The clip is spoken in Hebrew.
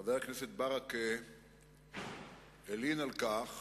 חבר הכנסת ברכה הלין על כך